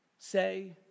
Say